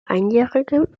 einjährige